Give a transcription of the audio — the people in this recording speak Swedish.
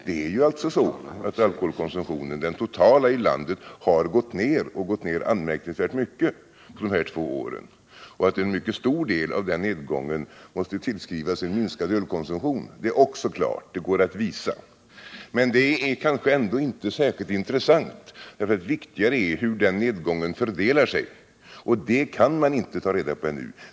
Det är alltså så att den totala alkoholkonsumtionen i landet har gått ner, och gått ner anmärkningsvärt mycket, på de här två åren. Att en mycket stor del av nedgången måste tillskrivas minskad ölkonsumtion är också klart — det går att visa. Men det är kanske inte särskilt intressant, viktigare är hur den nedgången fördelar sig, och det kan man inte ta reda på ännu.